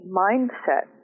mindset